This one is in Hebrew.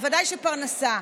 בוודאי שפרנסה,